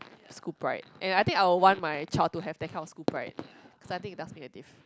school pride and I think I would want my child to have that kind of school pride cause I think it does make a diff